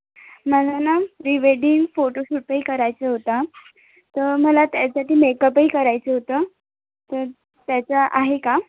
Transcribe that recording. मला ना pre wedding photo शूटही करायचं होता तर मला त्यासाठी मेकपही करायचं होतं तर त्याचा आहे का